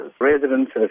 Residents